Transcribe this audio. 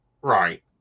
Right